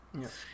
yes